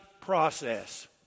process